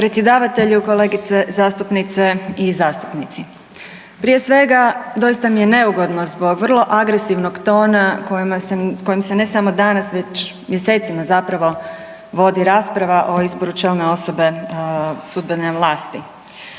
Predsjedavatelju, kolegice zastupnice i zastupnici. Prije svega doista mi je neugodno zbog vrlo agresivnog tona kojim se ne samo danas već mjesecima zapravo vodi rasprava o izboru člana osobe sudbene vlasti.